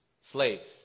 Slaves